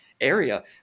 area